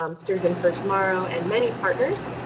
um sturgeon for tomorrow, and many partners,